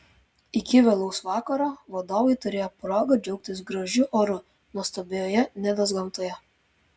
iki vėlaus vakaro vadovai turėjo progą džiaugtis gražiu oru nuostabioje nidos gamtoje